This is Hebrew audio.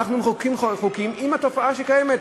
אנחנו מחוקקים חוקים אם התופעה קיימת.